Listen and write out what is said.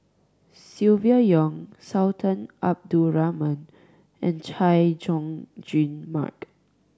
Silvia Yong Sultan Abdul Rahman and Chay Jung Jun Mark